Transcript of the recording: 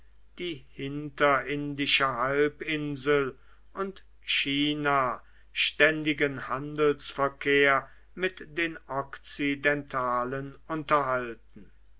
die hinterindische halbinsel und china ständigen handelsverkehr mit den okzidentalen unterhalten